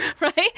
right